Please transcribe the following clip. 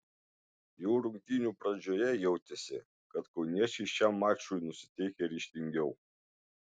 jau rungtynių pradžioje jautėsi kad kauniečiai šiam mačui nusiteikę ryžtingiau